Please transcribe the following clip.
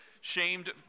shamed